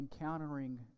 encountering